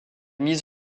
mis